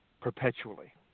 perpetually